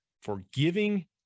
Forgiving